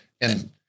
And-